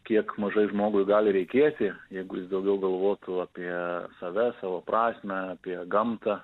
kiek mažai žmogui gali reikėti jeigu jis daugiau galvotų apie save savo prasmę apie gamtą